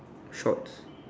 shorts